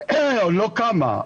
לא קמה.